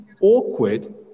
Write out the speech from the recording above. awkward